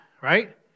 Right